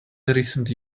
recent